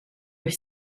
are